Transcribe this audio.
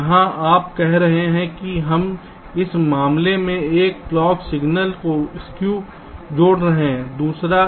यहां आप कह रहे हैं कि हम इस मामले में एक क्लॉक सिग्नल को स्कू जोड़ रहे हैं दूसरा एक बीच का